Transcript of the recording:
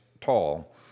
tall